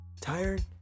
Tired